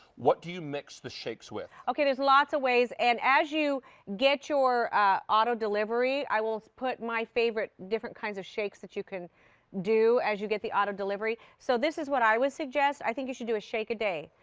what do you mix the shakes with? there's lots of ways. and as you get your auto-delivery, i will put my favorite different kinds of shakes that you can do as you get the auto-delivery. so this is what i would suggest. i think you should do a shake a day.